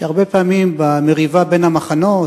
שהרבה פעמים, במריבה בין המחנות,